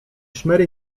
szmery